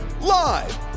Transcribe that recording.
Live